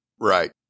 Right